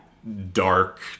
Dark